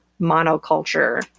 monoculture